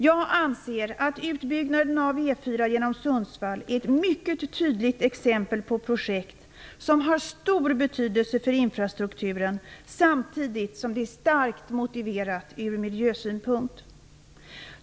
Jag anser att utbyggnaden av E 4 genom Sundsvall är ett mycket tydligt exempel på projekt som har stor betydelse för infrastrukturen samtidigt som det är starkt motiverat ur miljösynpunkt.